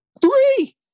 Three